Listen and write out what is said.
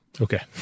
Okay